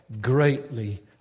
greatly